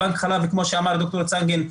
בנק החלב כמו שאמר ד"ר צנגן,